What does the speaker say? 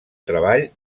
treball